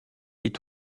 est